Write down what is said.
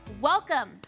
Welcome